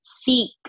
seek